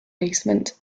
basement